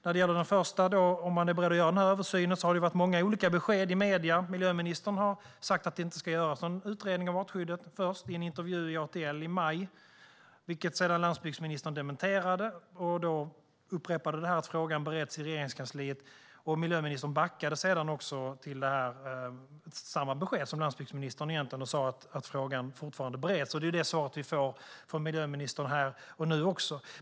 När det gäller den första, det vill säga om man är beredd att göra översynen, har det varit många olika besked i medierna. Miljöministern har sagt att det inte ska göras någon utredning av artskyddet, i en intervju i ATL i maj. Detta dementerade landsbygdsministern, och det upprepades att frågan bereds i Regeringskansliet. Miljöministern backade sedan till samma besked som landsbygdsministern och sa att frågan fortfarande bereds, och det är det svar vi får från miljöministern här och nu också.